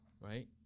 right